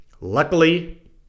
Luckily